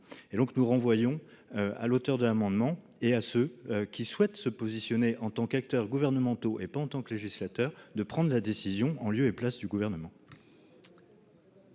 et donc nous renvoyons à l'auteur de l'amendement et à ceux qui souhaitent se positionner en tant qu'acteurs gouvernementaux et pas en tant que législateur de prendre la décision, en lieu et place du gouvernement.